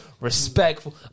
Respectful